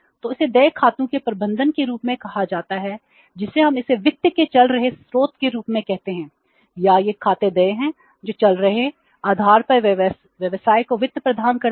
तो इसे देय खातों के प्रबंधन के रूप में कहा जाता है जिसे हम इसे वित्त के चल रहे स्रोत के रूप में कहते हैं या ये खाते देय हैं जो चल रहे आधार पर व्यवसाय को वित्त प्रदान करते हैं